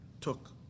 took